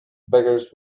beggars